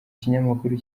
kinyamakuru